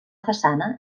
façana